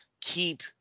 keep